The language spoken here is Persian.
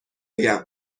آیم